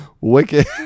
Wicked